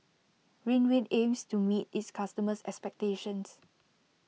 Ridwind aims to meet its customers' expectations